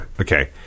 Okay